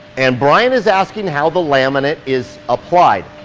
and brian is asking how the laminate is applied.